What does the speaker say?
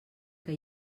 què